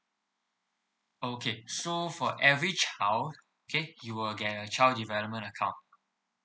okay so for every child okay you will get a child development account